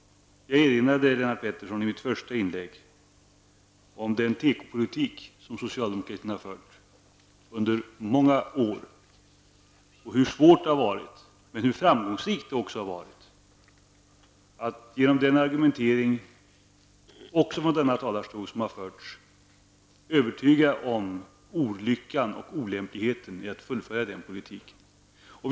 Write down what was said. Jag erinrade i mitt huvudanförande Lennart Pettersson om den tekopolitik som socialdemokraterna har fört under många år och om hur svårt men också framgångsrikt det har varit att genom den argumentering som också har bedrivits från denna talarstol övertyga om olyckan och olämpligheten i att fullfölja den politiken.